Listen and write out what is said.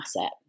asset